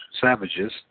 savages